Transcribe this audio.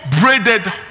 braided